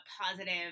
positive